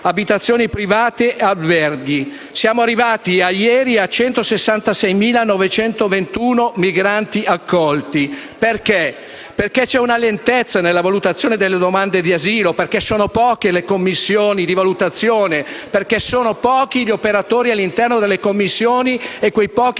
abitazioni private e alberghi. Siamo arrivati ieri a 166.921 migranti accolti. Questo perché c'è una lentezza nella valutazione delle domande d'asilo, perché sono poche le commissioni di valutazione, perché sono pochi gli operatori all'interno delle commissioni e di quei pochi